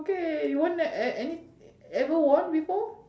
okay you won th~ uh any ever won before